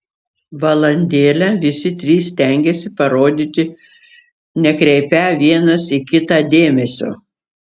valandėlę visi trys stengėsi parodyti nekreipią vienas į kitą dėmesio